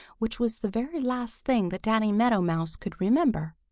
which was the very last thing that danny meadow mouse could remember.